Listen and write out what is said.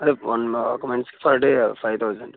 ఒక మనిషికి per day five thousand